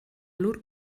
lur